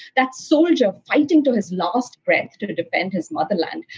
that soldier fighting to his last breath to to defend his motherland,